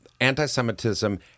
anti-Semitism